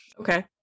okay